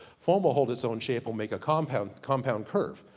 foam will hold it's own shape, will make a compound compound curve.